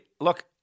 look